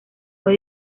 fue